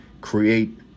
create